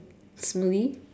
smoothie